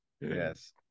Yes